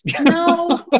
No